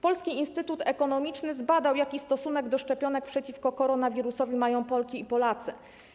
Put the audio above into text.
Polski Instytut Ekonomiczny zbadał, jaki stosunek do szczepionek przeciwko koronawirusowi mają Polki i Polacy.